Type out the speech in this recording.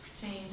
change